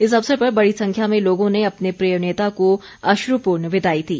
इस अवसर पर बड़ी संख्या में लोगों ने अपने प्रिय नेता को अश्रपूर्ण विदाई दी